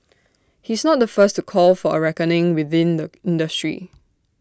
he's not the first to call for A reckoning within the industry